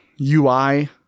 UI